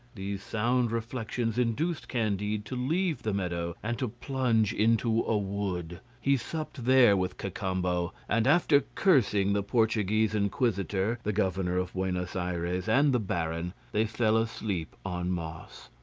these sound reflections induced candide to leave the meadow and to plunge into a wood. he supped there with cacambo and after cursing the portuguese inquisitor, the governor of buenos ayres, and the baron, they fell asleep on moss.